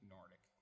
Nordic